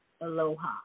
aloha